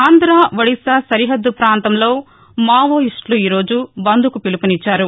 ఆంధ్రా ఒడిశా సరిహద్దు ప్రాంతంలో మావోయిస్టులు ఈరోజు బంద్ కు పిలుపునిచ్చారు